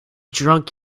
drunk